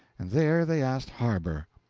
and there they asked harbour.